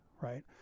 right